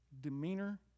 demeanor